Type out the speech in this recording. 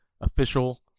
official